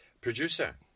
producer